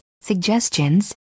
suggestions